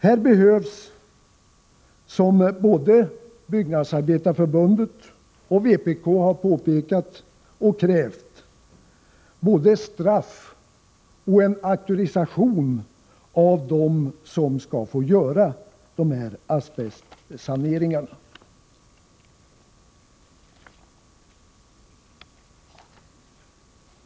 Här behövs, som såväl Byggnadsarbetareförbundet som vpk har påpekat och krävt, både straff och en auktorisation av dem som skall få göra asbestsaneringar.